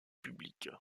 public